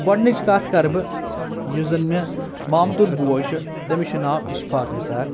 گۄڈنِچ کتھ کرٕ بہٕ یُس زَن مےٚ مامتُر بوے چھُ تٔمِس چھُ ناو اِشفاق نِثار